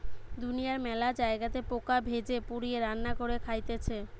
দুনিয়ার মেলা জায়গাতে পোকা ভেজে, পুড়িয়ে, রান্না করে খাইতেছে